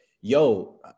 yo